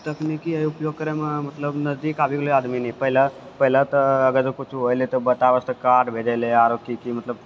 तकनीकी उपयोग करैमे मतलब नजदीक आबि गेलै आदमी ने पहिले पहिले तऽ अगर किछु होलै तऽ बताबै वास्ते कार्ड भेजैलए आओर की की मतलब